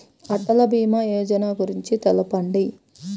అటల్ భీమా యోజన గురించి తెలుపండి?